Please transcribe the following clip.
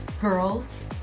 Girls